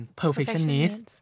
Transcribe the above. perfectionist